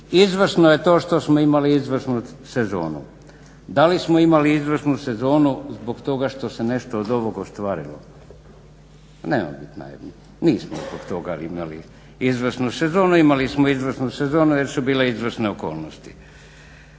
Izvrsno je to što smo imali izvrsnu sezonu. Da li smo imali izvrsnu sezonu zbog toga što se nešto od ovog ostvarilo? Neupitno je nismo zbog toga ima izvrsnu sezonu. Imali smo izvrsnu sezonu jer su bile izvrsne okolnosti.